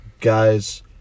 Guys